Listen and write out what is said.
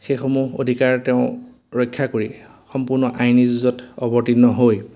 সেইসমূহ অধিকাৰ তেওঁ ৰক্ষা কৰি সম্পূৰ্ণ আইনী যুঁজত অৱতীৰ্ণ হৈ